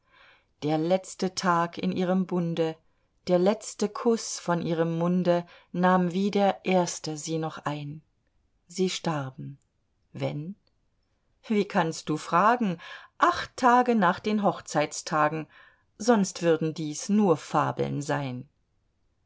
der letzte tag in ihrem bunde der letzte kuß von ihrem munde nahm wie der erste sie noch ein sie starben wenn wie kannst du fragen acht tage nach den hochzeitstagen sonst würden dies nur fabeln sein